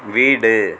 வீடு